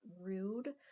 rude